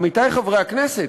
עמיתי חברי הכנסת,